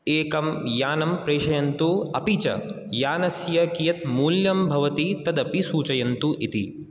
एकं यानं प्रेषयन्तु अपि च यानस्य कियत् मूल्यं भवति तदपि सूचयन्तु इति